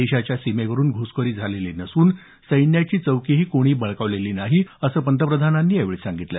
देशाच्या सीमेवरून घुसखोरी झालेली नसून सैन्याची चौकीही कोणी बळकावलेली नाही असं पंतप्रधानांनी यावेळी सांगितलं